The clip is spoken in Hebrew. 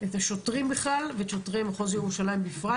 את השוטרים בכלל ואת שוטרי מחוז ירושלים בפרט,